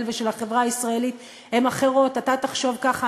ושל החברה הישראלית הן אחרות אתה תחשוב ככה,